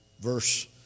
verse